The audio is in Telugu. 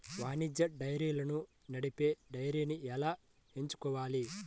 వాణిజ్య డైరీలను నడిపే డైరీని ఎలా ఎంచుకోవాలి?